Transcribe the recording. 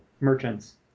merchants